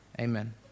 Amen